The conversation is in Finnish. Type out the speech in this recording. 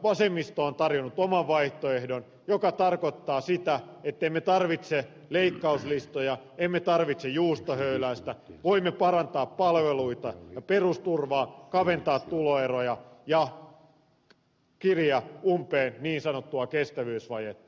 vasemmisto on tarjonnut oman vaihtoehtonsa joka tarkoittaa sitä ettemme tarvitse leikkauslistoja emme tarvitse juustohöyläystä voimme parantaa palveluita ja perusturvaa kaventaa tuloeroja ja kiriä umpeen niin sanottua kestävyysvajetta